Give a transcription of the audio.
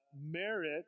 merit